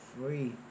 free